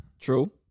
True